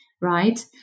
right